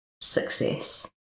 success